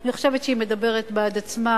אני חושבת שהיא מדברת בעד עצמה.